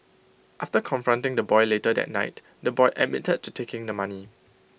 after confronting the boy later that night the boy admitted to taking the money